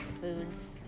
foods